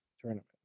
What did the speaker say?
tournament